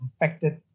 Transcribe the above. infected